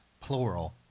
plural